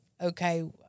okay